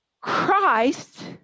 Christ